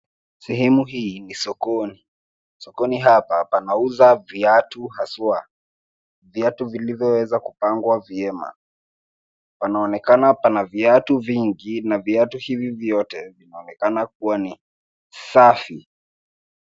Sehemu hii ni sokoni. Sokoni hapa panauza viatu haswa, viatu vilivyoweza kupangwa vyema. Panaonekana pana viatu vingi na viatu hivi vyote vinaonekana kuwa ni safi.